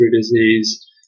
disease